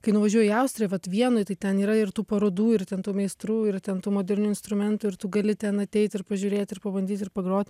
kai nuvažiuoji į austriją vat vienoj tai ten yra ir tų parodų ir ten tų meistrų ir ten tų modernių instrumentų ir tu gali ten ateit ir pažiūrėt ir pabandyt ir pagrot